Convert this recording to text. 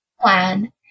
plan